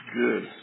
good